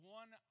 one